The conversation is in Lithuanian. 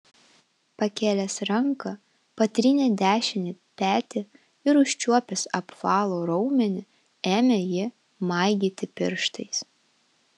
pakėlęs ranką patrynė dešinį petį ir užčiuopęs apvalų raumenį ėmė jį maigyti pirštais